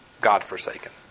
God-forsaken